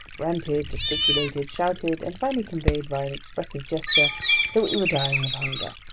ranted, gesticulated, shouted, and finally conveyed by an expressive gesture that we were dying of hunger.